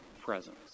presence